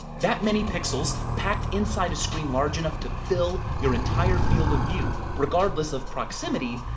that many pixels, packed inside a screen large enough to fill your entire field of view, regardless of proximity,